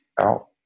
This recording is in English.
out